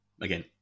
Again